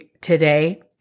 today